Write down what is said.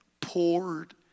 poured